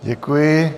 Děkuji.